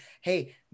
hey